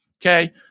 okay